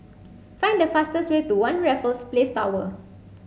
find the fastest way to One Raffles Place Tower